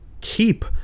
keep